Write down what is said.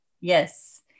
Yes